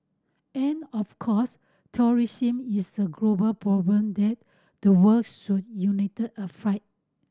and of course terrorism is a global problem that the world should unite a fight